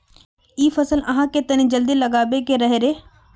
इ फसल आहाँ के तने जल्दी लागबे के रहे रे?